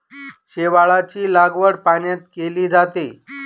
शेवाळाची लागवड पाण्यात केली जाते